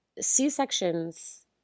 C-sections